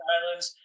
Islands